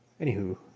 anywho